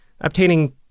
obtaining